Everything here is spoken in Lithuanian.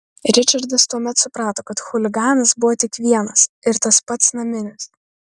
ričardas tuomet suprato kad chuliganas buvo tik vienas ir tas pats naminis